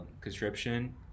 conscription